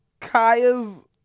Kaya's